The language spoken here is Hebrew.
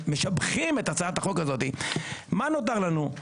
משבחים את הצעת החוק הזאת מה נותר לנו?